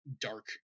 dark